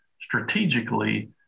strategically